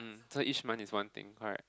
so each month is one thing correct